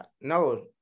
No